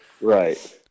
Right